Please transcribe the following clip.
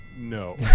No